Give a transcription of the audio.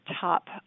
top